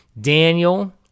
Daniel